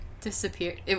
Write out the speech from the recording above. Disappeared